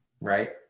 Right